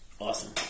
Awesome